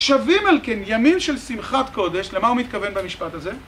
"שבים על כן ימים של שמחת קודש", למה הוא מתכוון במשפט הזה?